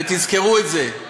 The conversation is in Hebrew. ותזכרו את זה: